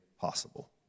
possible